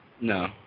No